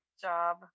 job